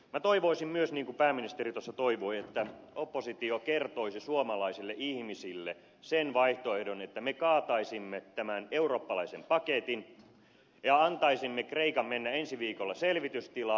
minä toivoisin myös niin kuin pääministeri tuossa toivoi että oppositio kertoisi suomalaisille ihmisille sen vaihtoehdon että me kaataisimme tämän eurooppalaisen paketin ja antaisimme kreikan mennä ensi viikolla selvitystilaan